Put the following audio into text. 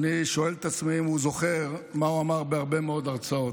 אני שואל את עצמי אם הוא זוכר מה הוא אמר בהרבה מאוד הרצאות.